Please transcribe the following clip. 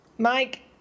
Mike